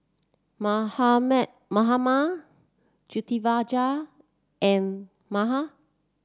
Mahatma Pritiviraj and Medha